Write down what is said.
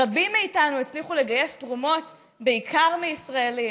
רבים מאיתנו הצליחו לגייס תרומות בעיקר מישראלים,